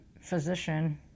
physician